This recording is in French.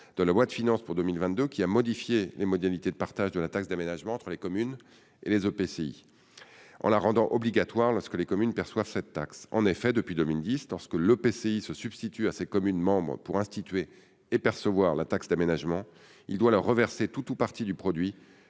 de la loi de finances pour 2022 qui a modifié les modalités de partage de la taxe d'aménagement entre les communes et leur EPCI, en le rendant obligatoire lorsque les communes perçoivent cette taxe. En effet, depuis 2010, lorsque l'EPCI se substitue à ses communes membres pour instituer et percevoir la taxe d'aménagement, il doit leur reverser tout ou partie du produit,